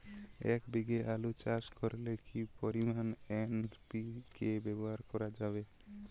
এক বিঘে আলু চাষ করলে কি পরিমাণ এন.পি.কে ব্যবহার করা যাবে?